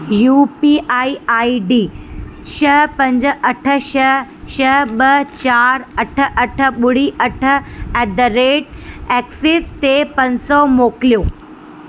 U P I I D छ्ह पंज अठ छह छह ॿ चारि अठ अठ ॿुड़ी अठ एट द रेट एक्सिस ते पंज सौ मोकिलियो